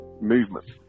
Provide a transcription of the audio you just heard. movement